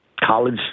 college